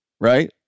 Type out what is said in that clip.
Right